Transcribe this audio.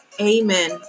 Amen